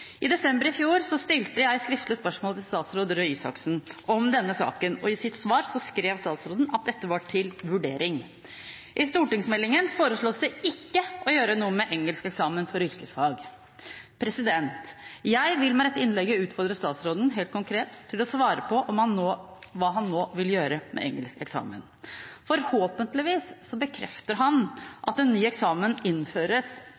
I desember i fjor stilte jeg skriftlig spørsmål til statsråd Røe Isaksen om denne saken, og i sitt svar skrev statsråden at dette var til vurdering. I stortingsmeldingen foreslås det ikke å gjøre noe med engelskeksamen for yrkesfag. Jeg vil med dette innlegget utfordre statsråden til å svare på hva han nå helt konkret vil gjøre med engelskeksamen. Forhåpentligvis bekrefter han at en ny eksamen innføres